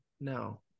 No